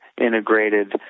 integrated